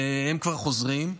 והם כבר חוזרים,